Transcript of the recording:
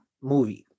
movie